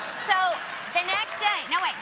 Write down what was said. so the next day no, wait.